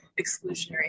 exclusionary